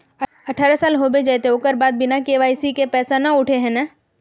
अठारह साल होबे जयते ओकर बाद बिना के.वाई.सी के पैसा न उठे है नय?